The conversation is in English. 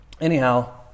anyhow